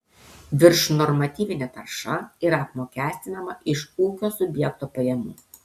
viršnormatyvinė tarša yra apmokestinama iš ūkio subjekto pajamų